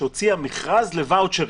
שהוציאה מכרז לוואוצ'רים,